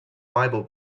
bible